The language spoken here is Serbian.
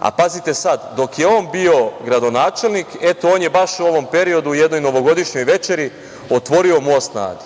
a pazite sad, dok je on bio gradonačelnik, eto, on je baš u ovom periodu u jednoj novogodišnjoj večeri otvorio Most na Adi.